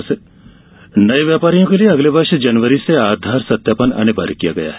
GST Aadhaar नए व्यापारियों के लिए अगले वर्ष जनवरी से आधार सत्यापन अनिवार्य किया गया है